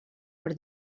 per